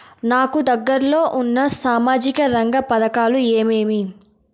నాకు దగ్గర లో ఉన్న సామాజిక రంగ పథకాలు ఏమేమీ?